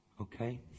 Okay